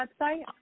website